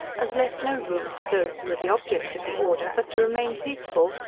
as left no room for those who were the object of the order, but to remain peaceable,